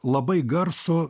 labai garsų